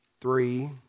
three